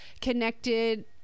connected